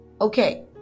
Okay